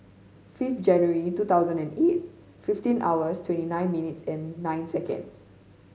fifth January two thousand and eight fifteen hours twenty nine minutes and nine seconds